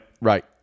Right